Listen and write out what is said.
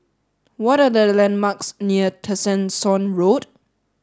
what are the landmarks near Tessensohn Road